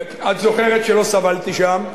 את זוכרת שלא סבלתי שם,